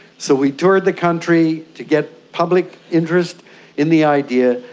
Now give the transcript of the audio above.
so we toured the country to get public interest in the idea,